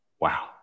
wow